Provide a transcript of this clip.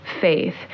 faith